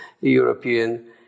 European